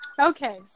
Okay